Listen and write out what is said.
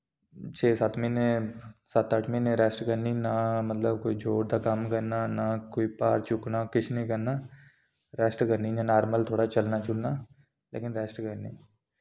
छे सत्त म्हीने सत्त अट्ठ म्हीने रैस्ट करनी ना मतलब कोई जोर दा कम्म करना ना कोई भार चुक्कना किश नि करना रैस्ट करनी इ'यां नार्मल थोह्ड़ा चलना चुलना लेकिन रैस्ट करनी